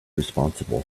responsible